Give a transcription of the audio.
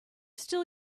still